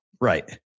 Right